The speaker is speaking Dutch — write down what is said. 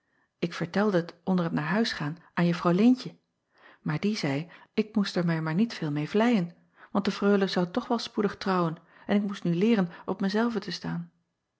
k vertelde t onder t naar huis gaan aan uffr eentje maar die zeî ik moest er mij maar niet veel meê vleien want de reule zou toch wel spoedig trouwen en ik moest nu leeren op mij zelve te staan